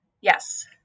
yes